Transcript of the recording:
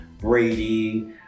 Brady